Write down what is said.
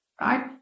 right